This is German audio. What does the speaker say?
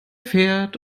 pferd